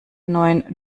neuen